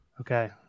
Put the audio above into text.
Okay